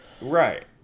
Right